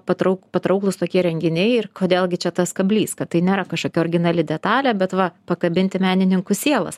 patrauk patrauklūs tokie renginiai ir kodėl gi čia tas kablys kad tai nėra kažkokia originali detalė bet va pakabinti menininkų sielas